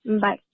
Bye